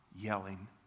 yelling